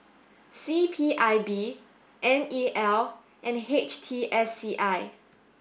C P I B N E L and H T S C I